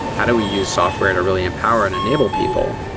how do we use software to really empower and enable people?